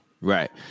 right